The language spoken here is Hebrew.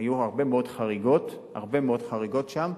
היו הרבה מאוד חריגות, הרבה מאוד חריגות שם.